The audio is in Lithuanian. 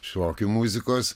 šokių muzikos